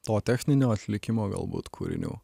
to techninio atlikimo galbūt kūrinių